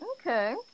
Okay